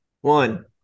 one